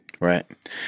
Right